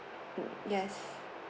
mm yes